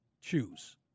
choose